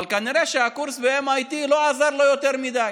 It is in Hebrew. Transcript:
אבל כנראה שהקורס ב-MIT לא עזר לו יותר מדי,